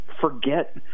forget